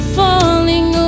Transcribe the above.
falling